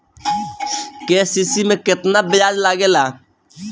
KCC में केतना ब्याज लगेला?